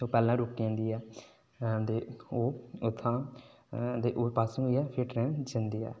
ते ओह् पै ह्ले गै रुकी जदीं ऐ ते ओह् उत्थूं दा पासिंग होइयै फिर ट्रेन जंदी ऐ